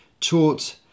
taught